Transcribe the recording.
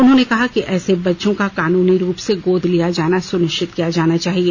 उन्होंने कहा कि ऐसे बच्चों का कानूनी रूप से गोद लिया जाना सुनिश्चित किया जाना चाहिए